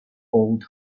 old